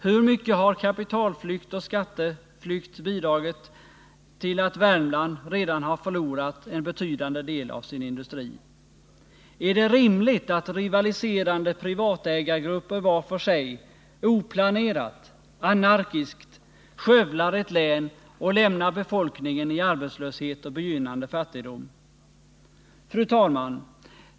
Hur mycket har kapitalflykt och skatteflykt bidragit till att Värmland redan har förlorat en betydande del av sin industri? Är det rimligt att rivaliserande privatägargrupper var för sig, oplanerat, anarkiskt skövlar ett län och lämnar befolkningen i arbetslöshet och begynnande fattigdom? Fru talman!